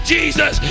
Jesus